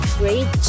great